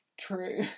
true